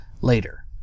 Later